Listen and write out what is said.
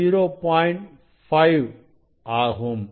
5 ஆகும்